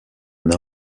une